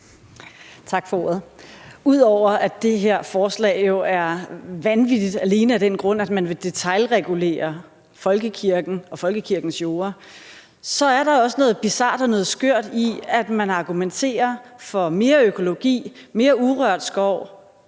Tak for ordet. Ud over at det her forslag jo er vanvittigt alene af den grund, at man vil detailregulere folkekirken og folkekirkens jorder, så er der også noget bizart og noget skørt i, at man argumenterer for mere økologi og mere urørt skov